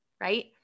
right